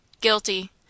Guilty